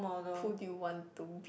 who do you want to be